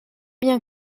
bien